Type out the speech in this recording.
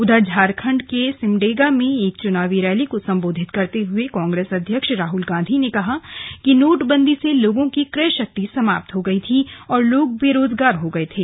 उधर झारखंड के सिमडेगा में एक चुनावी रैली को सम्बोधित करते हुए कांग्रेस अध्यक्ष राहुल गांधी ने कहा कि नोटबंदी से लोगों की क्रय शक्ति समाप्ता हो गई थी और लोग बेरोजगार हो गये थे